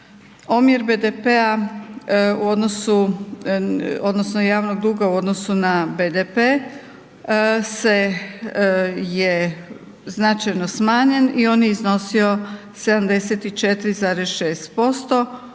omjer BDP-a odnosno javnog duga u odnosu na BDP značajno je smanjen i on je iznosio 74,6%